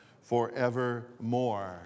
forevermore